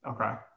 Okay